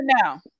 now